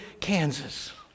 Kansas